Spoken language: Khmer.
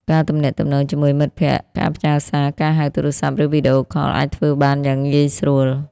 ការទំនាក់ទំនងជាមួយមិត្តភក្តិ ការផ្ញើសារ ការហៅទូរស័ព្ទ ឬវីដេអូខល អាចធ្វើបានយ៉ាងងាយស្រួល។